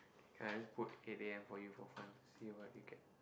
can I put eight a_m for you for fun see what you get